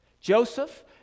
Joseph